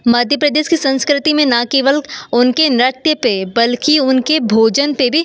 मध्य प्रदेश की संस्कृति में न केवल उनके नृत्य पर बल्कि उनके भोजन पर भी